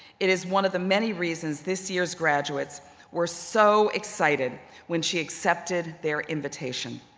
it is one of the many reasons this year's graduates were so excited when she accepted their invitation.